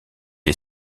est